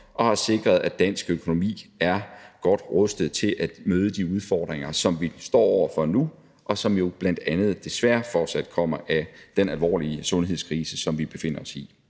og har sikret, at dansk økonomi er godt rustet til at møde de udfordringer, som vi står over for nu, og som jo desværre bl.a. fortsat kommer af den alvorlige sundhedskrise, som vi befinder os i.